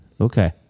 okay